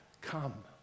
come